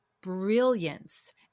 brilliance